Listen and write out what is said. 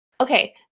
Okay